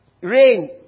rain